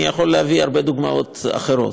לי צמרמורת בכל הגוף